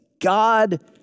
God